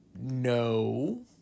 No